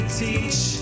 teach